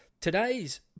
today's